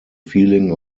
feeling